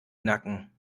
nacken